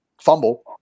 Fumble